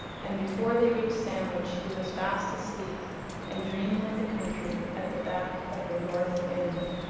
and before they reached sandwich he was fast asleep and dreaming of the country at the back of the north wind.